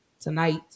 tonight